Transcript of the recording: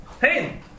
Hey